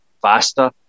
Faster